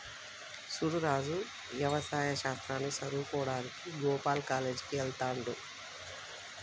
సూడు రాజు యవసాయ శాస్త్రాన్ని సదువువుకోడానికి గోపాల్ కాలేజ్ కి వెళ్త్లాడు